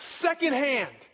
secondhand